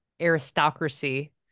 aristocracy